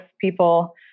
people